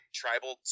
tribal